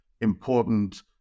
important